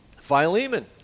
Philemon